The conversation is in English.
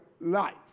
life